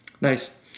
Nice